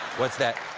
what's that?